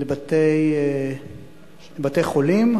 לבתי-חולים.